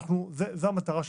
זו המטרה שלנו.